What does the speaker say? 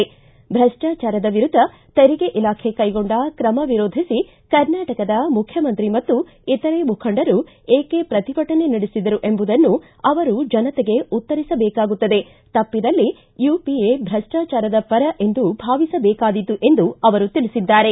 ಭ್ರಷ್ಟಾಚಾರದ ವಿರುದ್ಧ ತೆರಿಗೆ ಇಲಾಖೆ ಕೈಗೊಂಡ ತ್ರಮ ವಿರೋಧಿಸಿ ಕರ್ನಾಟಕದ ಮುಖ್ಯಮಂತ್ರಿ ಮತ್ತು ಇತರೆ ಮುಖಂಡರು ಏಕೆ ಪ್ರತಿಭಟನೆ ನಡೆಸಿದರು ಎಂಬುದನ್ನು ಅವರು ಜನತೆಗೆ ಉತ್ತರಿಸಬೇಕಾಗುತ್ತದೆ ತಪ್ಪಿದಲ್ಲಿ ಯುಪಿಎ ಭ್ರಷ್ಟಾಚಾರದ ಪರ ಎಂದು ಭಾವಿಸ ಬೇಕಾದೀತು ಎಂದು ಅವರು ತಿಳಿಸಿದ್ದಾರೆ